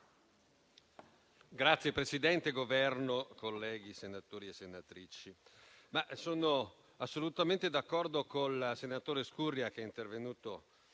rappresentanti del Governo, colleghi senatori e senatrici, sono assolutamente d'accordo col senatore Scurria, che è intervenuto ieri